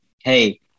Hey